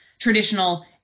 Traditional